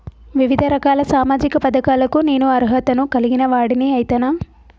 వివిధ రకాల సామాజిక పథకాలకు నేను అర్హత ను కలిగిన వాడిని అయితనా?